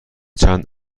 چند